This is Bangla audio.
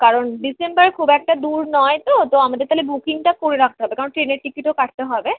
কারণ ডিসেম্বর খুব একটা দূর নয় তো তো আমাদের তাহলে বুকিংটা করে রাখতে হবে কারণ ট্রেনের টিকিটও কাটতে হবে